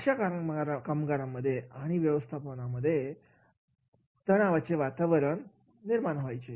अशामुळे कामगारांमध्ये आणि व्यवस्थापनामध्ये तणावाचे वातावरण निर्माण व्हायचे